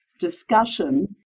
discussion